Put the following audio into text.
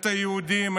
את היהודים,